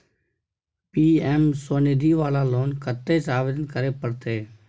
PM Svanidhi वाला loan कत्ते से आवेदन करे परतै?